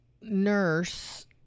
nurse